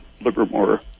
Livermore